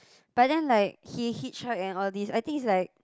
but then like he hitch hike and all these I think it's like